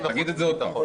תגיד את זה עוד פעם.